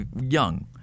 young